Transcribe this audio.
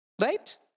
Right